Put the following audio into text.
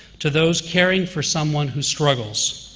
to those caring for someone who struggles,